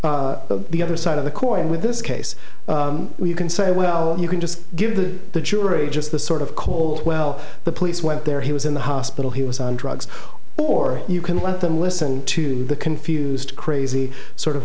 the other side of the coin with this case you can say well you can just give the the jury just the sort of cold well the police went there he was in the hospital he was on drugs or you can let them listen to the confused crazy sort of